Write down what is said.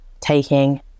taking